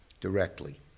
directly